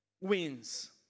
wins